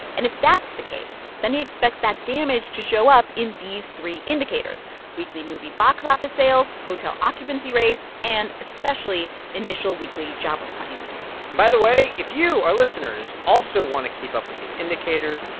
and if that's the case, then he expects that damage to show up in these three indicators weekly movie box office sales, hotel occupancy rates and especially initial weekly jobless claims by the way, if you, our listeners, also want to keep up with these indicators,